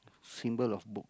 symbol of book